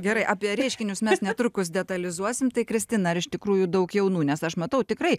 gerai apie reiškinius mes netrukus detalizuosim kristina ar iš tikrųjų daug jaunų nes aš matau tikrai